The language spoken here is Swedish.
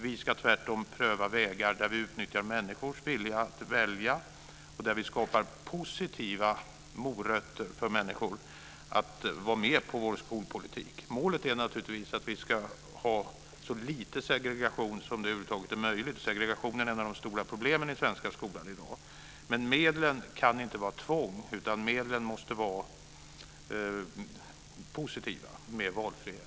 Vi ska tvärtom pröva vägar där vi utnyttjar människors vilja att välja och där vi skapar positiva morötter för att människor ska gå med på vår skolpolitik. Målet är förstås att vi ska ha så lite segregation som möjligt. Segregationen är ett av de stora problemen i den svenska skolan i dag. Men medlen kan inte vara tvång. Medlen måste vara positiva, med valfrihet.